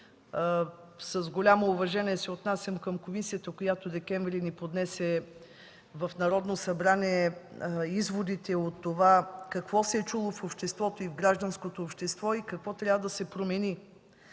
с голямо уважение се отнасям към комисията, която през декември ни поднесе в Народното събрание изводите от това какво се е чуло в гражданското общество и какво трябва да се промени.